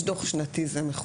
יש דוח שנתי, זה מחויב.